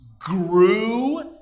grew